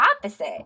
opposite